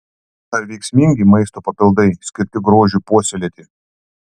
ar veiksmingi maisto papildai skirti grožiui puoselėti